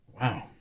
Wow